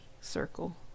circle